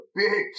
big